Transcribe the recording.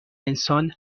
انسان